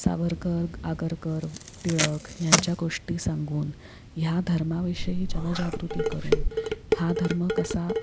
सावरकर आगरकर टिळक ह्यांच्या गोष्टी सांगून ह्या धर्माविषयी जनजागृती करून हा धर्म कसा